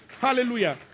Hallelujah